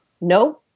no